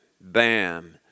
bam